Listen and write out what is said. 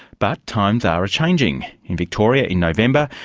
but times are a-changing. in victoria, in november,